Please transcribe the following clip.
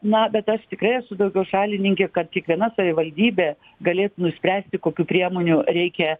na bet aš tikrai esu daugiau šalininkė kad kiekviena savivaldybė galėtų nuspręsti kokių priemonių reikia